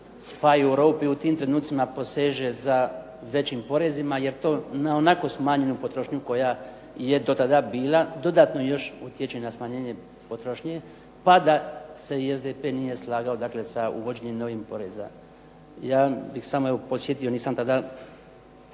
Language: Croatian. pa i u Europi u tim trenucima poseže za većim porezima. Jer to na ionako smanjenu potrošnju koja je do tada bila dodatno još utječe i na smanjenje potrošnje, pa da se i SDP nije slagao, dakle sa uvođenjem novih poreza. Ja bih samo evo podsjetio, nisam tada